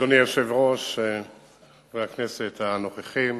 אדוני היושב-ראש, חברי הכנסת הנוכחים,